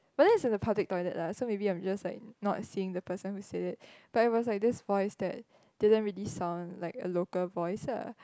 but then it's in a public toilet lah so maybe I'm just like not seeing the person who said it but it was like this voice that didn't really sound like a local voice ah